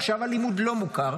עכשיו הלימוד לא מוכר.